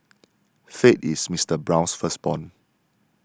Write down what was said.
faith is Mister Brown's firstborn